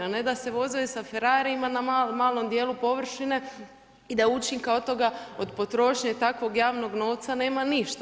A ne da se vozaju sa ferarijima na malo dijelu površine i da učinka od toga od potrošnje takvog javnog novca nema ništa.